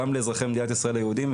גם לאזרחי מדינת ישראל היהודים,